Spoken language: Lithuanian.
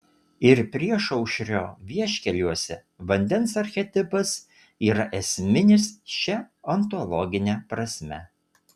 ir priešaušrio vieškeliuose vandens archetipas yra esminis šia ontologine prasme